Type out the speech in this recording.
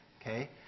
Okay